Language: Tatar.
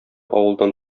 авылдан